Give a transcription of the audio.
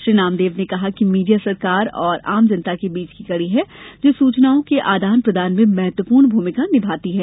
श्री नामदेव ने कहा कि मीडिया सरकार और आम जनता के बीच की कड़ी है जो सूचनाओं के आदान प्रदान में महत्वपूर्ण भूमिका निभाता है